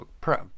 Pro